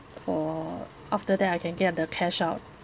for after that I can get the cash out